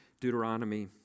Deuteronomy